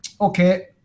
Okay